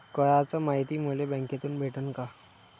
कराच मायती मले बँकेतून भेटन का?